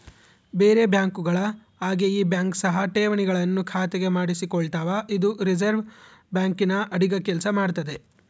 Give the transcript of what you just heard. ಬೇರೆ ಬ್ಯಾಂಕುಗಳ ಹಾಗೆ ಈ ಬ್ಯಾಂಕ್ ಸಹ ಠೇವಣಿಗಳನ್ನು ಖಾತೆಗೆ ಮಾಡಿಸಿಕೊಳ್ತಾವ ಇದು ರಿಸೆರ್ವೆ ಬ್ಯಾಂಕಿನ ಅಡಿಗ ಕೆಲ್ಸ ಮಾಡ್ತದೆ